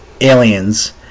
aliens